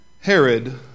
Herod